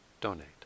donate